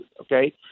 okay